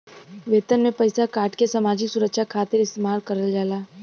वेतन से पइसा काटके सामाजिक सुरक्षा खातिर इस्तेमाल करल जाला